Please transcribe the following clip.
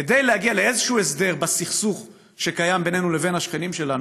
כדי להגיע לאיזשהו הסדר בסכסוך שקיים בינינו לבין השכנים שלנו,